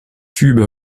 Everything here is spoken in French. tubes